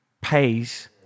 pays